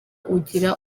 ugira